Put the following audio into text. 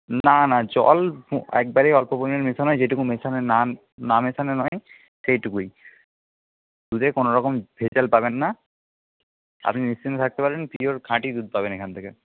না না জল একবারেই অল্প পরিমাণ মেশানো হয় যেটুকু মেশালে না না মেশালেই নয় সেইটুকুই দুধে কোনোরকম ভেজাল পাবেন না আপনি নিশ্চিন্তে থাকতে পারেন পিওর খাঁটি দুধ পাবেন এখান থেকে